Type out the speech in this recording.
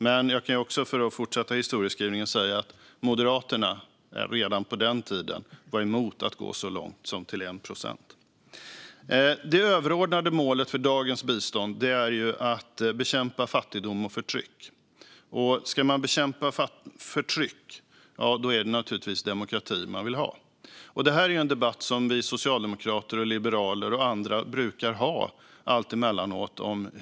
Men jag kan för att fortsätta historieskrivningen säga att Moderaterna redan på den tiden var emot att gå så långt som till 1 procent. Det överordnade målet för dagens bistånd är att bekämpa fattigdom och förtryck. Ska man bekämpa förtryck, ja, då är det naturligtvis demokrati man vill ha. Det här är en debatt som vi socialdemokrater och liberaler och andra brukar ha alltemellanåt.